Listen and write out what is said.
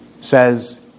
says